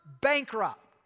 bankrupt